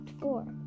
Four